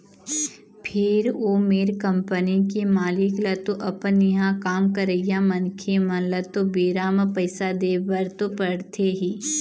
फेर ओ मेर कंपनी के मालिक ल तो अपन इहाँ काम करइया मनखे मन ल तो बेरा म पइसा देय बर तो पड़थे ही